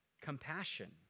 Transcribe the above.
compassion